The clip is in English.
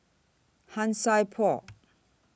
Han Sai Por